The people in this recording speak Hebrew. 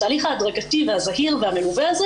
והתהליך ההדרגתי והזהיר והמלווה הזה,